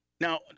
Now